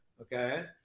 Okay